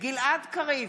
גלעד קריב,